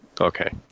Okay